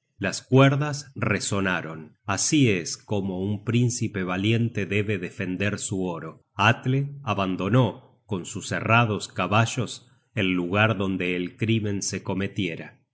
las cuerdas resonaron así es como un príncipe valiente debe defender su oro atle abandonó con sus herrados caballos el lugar donde el crimen se cometiera